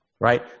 right